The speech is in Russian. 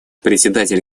председатель